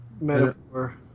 metaphor